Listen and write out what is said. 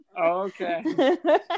okay